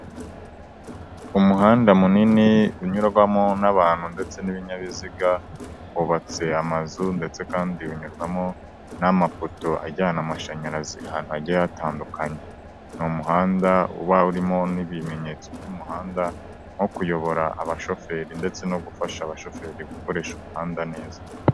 Umuhanda munini unyurwamo n'abantu ndetse n'ibinyabiziga hubatse amazu ndetse kandi unyurwamo n'amapoto ajyana amashanyarazi ahantu hagiye hatandukanye, ni umuhanda uba urimo n'ibimenyetso by'umuhanda nko kuyobora abashoferi ndetse no gufasha abashoferi gukoresha umuhanda neza.